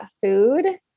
food